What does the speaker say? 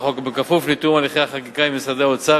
החוק בכפוף לתיאום הליכי החקיקה עם משרדי האוצר,